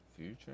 Future